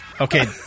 Okay